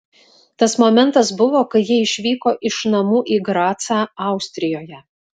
tas momentas buvo kai ji išvyko iš namų į gracą austrijoje